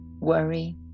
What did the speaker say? worry